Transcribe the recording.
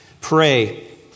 Pray